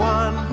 one